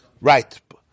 Right